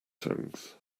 tongues